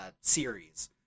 series